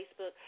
Facebook